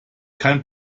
kein